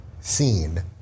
seen